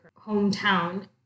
hometown